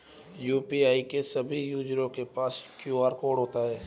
UPI के सभी user के पास क्यू.आर कोड होता है